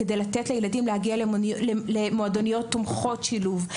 כדי לתת לילדים להגיע למועדוניות תומכות שילוב.